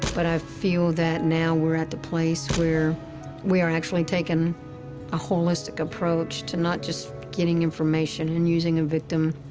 but i feel that now we're at the place where we are actually taking a holistic approach to not just getting information and using a victim,